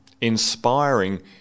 inspiring